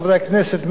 חברי הכנסת,